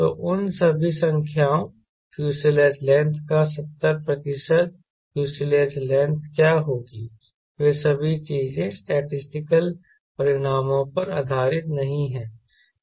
तो उन सभी संख्याओं फ्यूज़लेज लेंथ का 70 प्रतिशत फ्यूज़लेज लेंथ क्या होगी वे सभी चीजें स्टैटिसटिकल परिणामों पर आधारित नहीं हैं